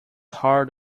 hard